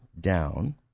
down